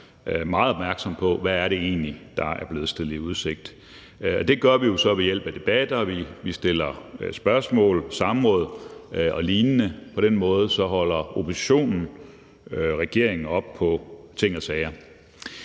meget opmærksom på, hvad det egentlig er, der er blevet stillet i udsigt. Det gør vi jo så ved hjælp af debatter, vi stiller spørgsmål, indkalder til samråd og lignende, og på den måde holder oppositionen regeringen op på ting og sager.